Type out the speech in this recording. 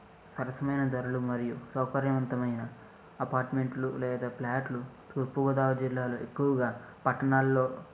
సరసమైన ధరలు మరియు సౌకర్యవంతమైన అపార్ట్మెంట్లు లేదా ఫ్లాట్లు తూర్పుగోదావరి జిల్లాలో ఎక్కువగా పట్టణాలలో